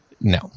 No